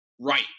right